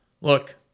look